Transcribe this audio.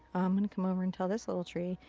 i'm gonna come over and tell this little tree.